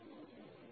bye